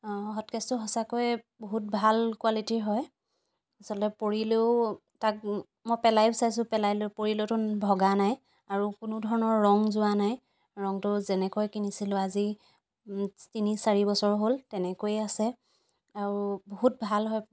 hot কেছটো সঁচাকৈয়ে বহুত ভাল কোৱালিটিৰ হয় আচলতে পৰিলেও তাক মই পেলায়ো চাইছোঁ পৰিলতো ভগা নাই আৰু কোনোধৰণৰ ৰং যোৱা নাই ৰংটো যেনেকৈ কিনিছিলোঁ আজি তিনি চাৰি বছৰ হ'ল তেনেকৈয়ে আছে আৰু বহুত ভাল হয়